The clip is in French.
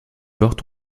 portes